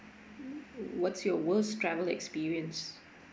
w~ what's your worst travel experience